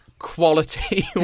quality